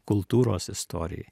kultūros istorijai